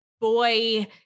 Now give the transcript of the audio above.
boy